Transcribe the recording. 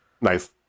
Nice